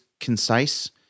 concise